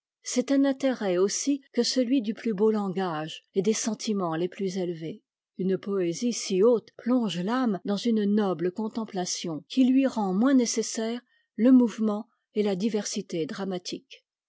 c'est un intérêt aussi que celui du plus beau langage et des sentiments les plus élevés une poésie si haute plonge âme dans une noble contemplation qui lui rend moins nécessaire le mouvement et la diversité dramatiques